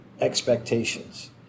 expectations